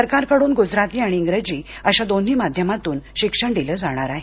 सरकारकडून गुजराती आणि इंग्रजी अशा दोन्ही माध्यमातून शिक्षण दिलं जाणार आहे